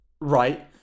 Right